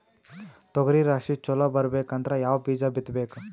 ತೊಗರಿ ರಾಶಿ ಚಲೋ ಬರಬೇಕಂದ್ರ ಯಾವ ಬೀಜ ಬಿತ್ತಬೇಕು?